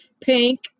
Pink